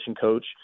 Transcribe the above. coach